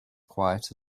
quiet